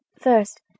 First